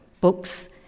books